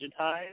digitized